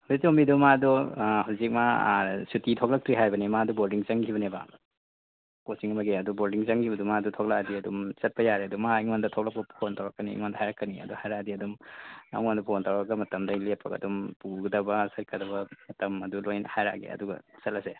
ꯍꯔꯤꯇꯣꯝꯕꯤꯗꯣ ꯃꯥꯗꯣ ꯍꯧꯖꯤꯛ ꯃꯥ ꯁꯨꯇꯤ ꯊꯣꯛꯂꯛꯇ꯭ꯔꯤ ꯍꯥꯏꯕꯅꯤ ꯃꯥꯗꯨ ꯕꯣꯔꯗꯤꯡ ꯆꯪꯈꯤꯕꯅꯦꯕ ꯀꯣꯆꯤꯡ ꯑꯃꯒꯤ ꯑꯗꯨ ꯕꯣꯔꯗꯤꯡ ꯆꯪꯈꯤꯕꯗꯣ ꯃꯥꯗꯣ ꯊꯣꯛꯂꯛꯂꯗꯤ ꯑꯗꯨꯝ ꯆꯠꯄ ꯌꯥꯔꯦ ꯑꯗꯨ ꯃꯥ ꯑꯩꯉꯣꯟꯗ ꯊꯣꯛꯂꯛꯄꯒ ꯐꯣꯟ ꯇꯧꯔꯛꯀꯅꯤ ꯑꯩꯉꯣꯟꯗ ꯍꯥꯏꯔꯛꯀꯅꯤ ꯑꯗꯣ ꯍꯥꯏꯔꯑꯗꯤ ꯑꯗꯨꯝ ꯅꯉꯣꯟꯗ ꯐꯣꯟ ꯇꯧꯔꯛꯑꯒ ꯃꯇꯝꯗꯨ ꯑꯩ ꯂꯦꯞꯄꯒ ꯑꯗꯨꯝ ꯄꯨꯒꯗꯕ ꯆꯠꯀꯗꯕ ꯃꯇꯝ ꯑꯗꯨ ꯂꯣꯏꯅ ꯍꯥꯏꯔꯛꯑꯒꯦ ꯑꯗꯨꯒ ꯆꯠꯂꯁꯦ